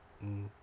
mm